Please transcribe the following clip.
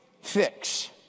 fix